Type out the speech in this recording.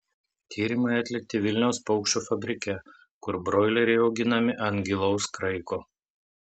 tyrimai atlikti vilniaus paukščių fabrike kur broileriai auginami ant gilaus kraiko